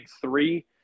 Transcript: three